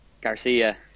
Garcia